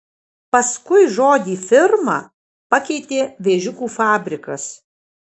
paskui žodį firma pakeitė vėžiukų fabrikas